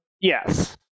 Yes